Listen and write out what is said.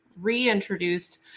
reintroduced